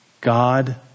God